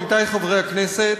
עמיתי חברי הכנסת,